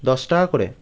দশ টাকা করে